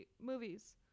movies